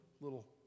little